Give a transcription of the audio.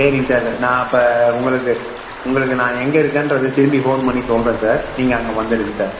சரிங்க சார் நான் அப்போ உங்களுக்கு உங்களுக்கு நான் எங்கள் இருக்கேன்றது திரும்பி ஃபோன் பண்ணி சொல்கிறேன் சார் நீங்கள் அங்கே வந்துருங்க சார்